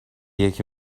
یکی